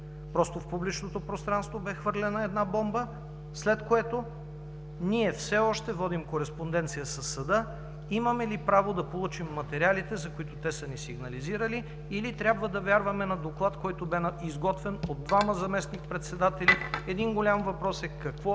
Просто в публичното пространство бе хвърлена една бомба, след което ние все още водим кореспонденция със съда имаме ли право да получим материалите, за които те са ни сигнализирали, или трябва да вярваме на доклад, който бе изготвен от двама заместник-председатели? Един голям въпрос е какво